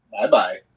Bye-bye